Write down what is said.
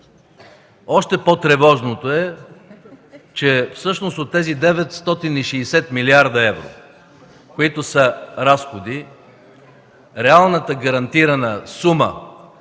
Още по-тревожното е, че всъщност от тези 960 млрд. евро, които са разходи, реалната гарантирана сума